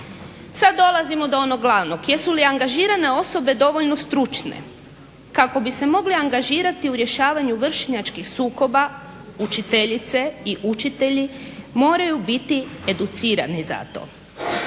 Sad dolazimo do onog glavnog, jesu li angažirane osobe dovoljno stručne. Kako bi se mogle angažirati u rješavanju vršnjačkih sukoba učiteljice i učitelji moraju biti educirani za to.